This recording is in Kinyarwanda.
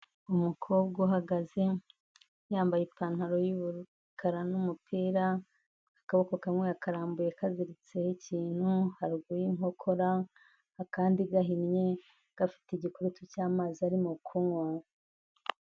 Umukobwa uhagaze yambaye ipantaro y'umukara n'umupira akaboko kamwe karambuye kaziritse ikintu haguru y'inkokora akandi gahinnye gafite igikurutu cy'amazi arimo kunywa.